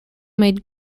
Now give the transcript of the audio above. made